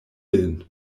lin